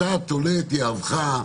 אתה תולה יהבך,